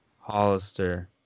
Hollister